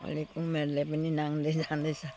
अलिक उमेरले पनि नाघ्दै जाँदैछ